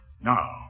Now